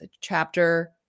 Chapter